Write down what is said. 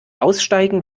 aussteigen